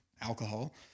alcohol